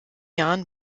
jahren